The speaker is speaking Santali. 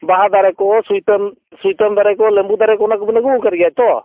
ᱵᱟᱦᱟ ᱫᱟᱨᱮ ᱠᱚ ᱥᱩᱭᱛᱟᱹᱢ ᱥᱩᱭᱛᱟᱹᱢ ᱫᱟᱨᱮ ᱠᱚ ᱞᱮᱵᱩ ᱫᱟᱨᱮ ᱠᱚ ᱚᱱᱟ ᱠᱚᱵᱤᱱ ᱟᱹᱜᱩ ᱠᱟᱫ ᱜᱮᱭᱟ ᱛᱚ